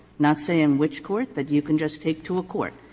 not saying which court, that you can just take to a court.